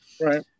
right